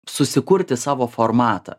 susikurti savo formatą